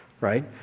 right